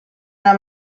una